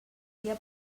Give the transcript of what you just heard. dia